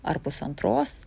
ar pusantros